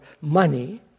money